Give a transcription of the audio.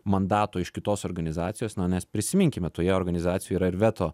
mandato iš kitos organizacijos na nes prisiminkime toje organizacijoje yra ir veto